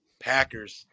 Packers